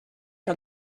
que